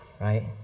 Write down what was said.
right